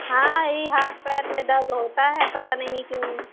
हाँ ई हाथ पैर में दर्द होता है पता नहीं क्यों